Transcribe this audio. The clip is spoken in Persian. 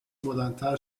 بلندتر